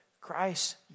Christ